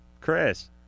Chris